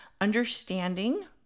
Understanding